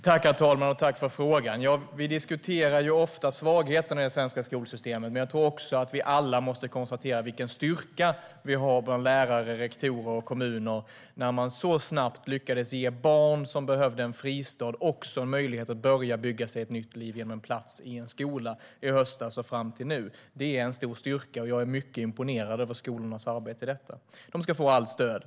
Herr talman! Jag tackar för frågan. Vi diskuterar ofta svagheterna i det svenska skolsystemet. Men jag tror att vi alla också måste konstatera vilken styrka vi har bland lärare, rektorer och kommuner när de så snabbt lyckades ge barn som behövde en fristad en möjlighet att börja bygga sig ett nytt liv genom en plats i en skola i höstas och fram till nu. Det är en stor styrka, och jag är mycket imponerad över skolornas arbete med detta. Skolorna ska få allt stöd.